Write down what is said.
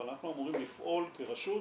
אבל אנחנו אמורים לפעול כרשות